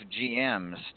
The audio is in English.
GMs